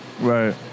Right